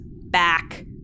Back